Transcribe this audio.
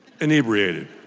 inebriated